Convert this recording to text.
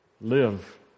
live